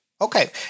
Okay